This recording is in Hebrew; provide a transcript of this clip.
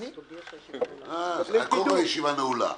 תודה רבה, הישיבה נעולה.